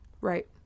Right